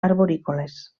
arborícoles